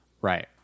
Right